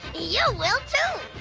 yeah will too!